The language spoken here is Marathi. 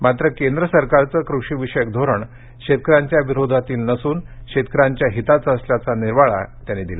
मात्र केंद्र सरकारचं कृषिविषयक धोरण शेतकऱ्यांच्या विरोधातील नसून शेतकऱ्यांच्या हिताचं असल्याचा निर्वाळा त्यांनी दिला